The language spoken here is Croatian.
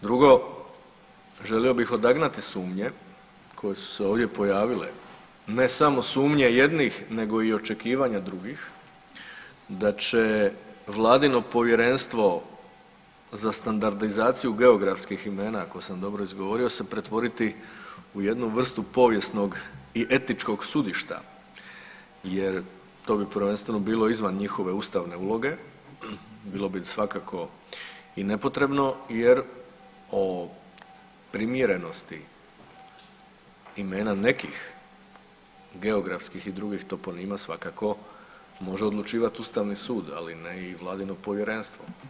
Drugo, želio bih odagnati sumnje koje su se ovdje pojavile ne samo sumnje jednih nego i očekivanja drugih da će vladino Povjerenstvo sa standardizaciju geografskih imena ako sam dobro izgovorio se pretvoriti u jednu vrstu povijesnog i etičkog sudišta jer to bi prvenstveno bilo izvan njihove ustavne uloge, bilo bi svakako i nepotrebno jer o primjerenosti imena nekih geografskih i drugih to po njima svakako može odlučivati Ustavni sud, ali ne i vladino povjerenstvo.